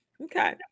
Okay